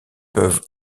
peuvent